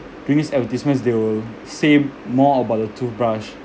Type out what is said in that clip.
during this advertisements they'll say more about the toothbrush